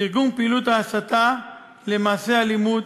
לתרגום פעילות ההסתה למעשי אלימות,